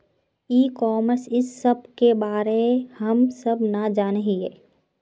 ई commerce इस सब के बारे हम सब ना जाने हीये?